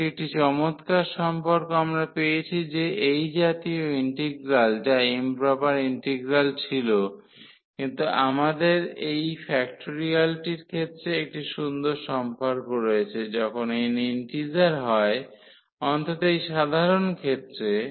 এটি একটি চমৎকার সম্পর্ক আমরা পেয়েছি যে এই জাতীয় ইন্টিগ্রাল যা ইম্প্রপার ইন্টিগ্রাল ছিল কিন্তু আমাদের এই ফ্যাক্টরিয়ালটির ক্ষেত্রে একটি সুন্দর সম্পর্ক রয়েছে যখন n ইন্টিজার হয় অন্তত এই সাধারণ ক্ষেত্রে